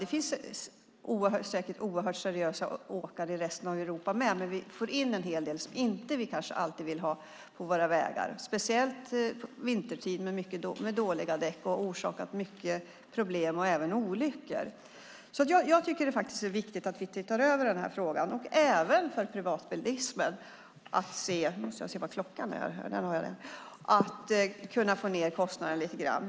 Det finns säkert seriösa åkare också i resten av Europa, men vi får in en hel del sådana som vi kanske inte alltid vill ha på våra vägar. Speciellt vintertid har dåliga däck orsakat mycket problem och även olyckor. Jag tycker därför att det är viktigt att vi tittar över den här frågan. Det är viktigt också för privatbilisterna att få ned kostnaden lite grann.